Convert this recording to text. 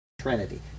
trinity